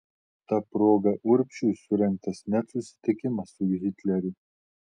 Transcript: ta proga urbšiui surengtas net susitikimas su hitleriu